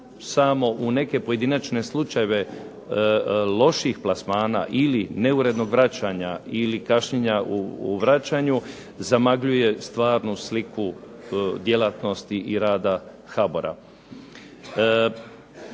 samo u neke pojedinačne slučajeve loših plasmana ili neurednog vraćanja ili kašnjenja u vraćanju zamagljuje stvarnu sliku djelatnosti i rada HBOR-a.